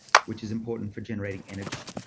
which is important for generating energy.